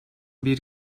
bir